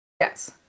Yes